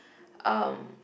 um